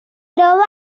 troba